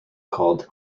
called